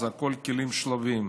זה הכול כלים שלובים.